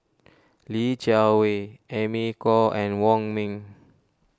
Li Jiawei Amy Khor and Wong Ming